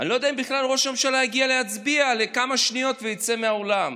אני לא יודע אם בכלל ראש הממשלה יגיע להצביע לכמה שניות ויצא מהאולם.